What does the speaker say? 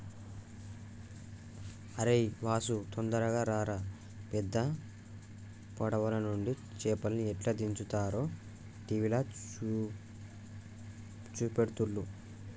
అరేయ్ వాసు తొందరగా రారా పెద్ద పడవలనుండి చేపల్ని ఎట్లా దించుతారో టీవీల చూపెడుతుల్ను